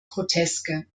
groteske